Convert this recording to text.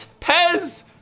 Pez